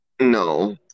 No